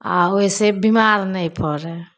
आ ओहिसे बीमार नहि पड़ै हइ